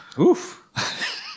Oof